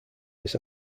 this